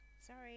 Sorry